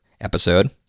episode